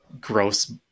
gross